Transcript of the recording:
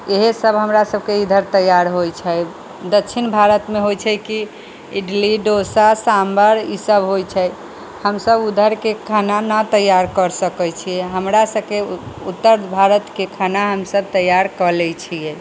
इएहसब हमरासबके इधर तैआर होइ छै दक्षिण भारतमे होइ छै कि इडली डोसा साम्भर ईसब होइ छै हमसब उधरके खाना नहि तैआर करि सकै छिए हमरासबके उत्तर भारतके खाना हमसब तैआर कऽ लै छिए